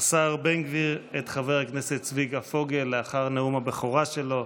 השר בן גביר את חבר הכנסת צביקה פוגל לאחר נאום הבכורה שלו.